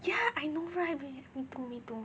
ya I know right me too me too